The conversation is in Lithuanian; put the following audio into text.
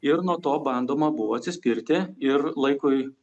ir nuo to bandoma buvo atsispirti ir laikui